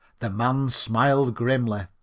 the man smiled grimly.